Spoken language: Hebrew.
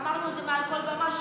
אמרנו את זה מעל כל במה,